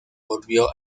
volvió